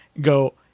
go